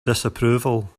disapproval